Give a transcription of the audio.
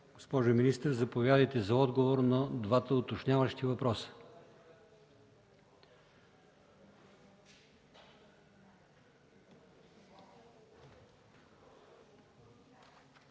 Госпожо министър, заповядайте за отговор на двата уточняващи въпроса.